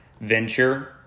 venture